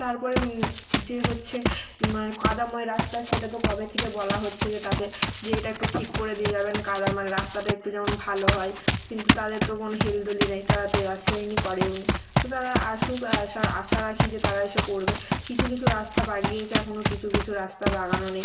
তারপরে যে হচ্ছে মানে কাদাময় রাস্তা সেটা তো কবে থেকে বলা হচ্ছে যে তাদের যে এটা একটু ঠিক করে দিয়ে যাবেন কাদার মানে রাস্তাটা একটু যেমন ভালো হয় কিন্তু তাদের তো কোনো হেলদোলই নেই তারা তো আসেও নি করেও নি তো তারা আসুক আসার আশা রাখি যে তারা এসে করবে কিছু কিছু রাস্তা বাগিয়েছে এখনো কিছু কিছু রাস্তা বাগানো নেই